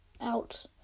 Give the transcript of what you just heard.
out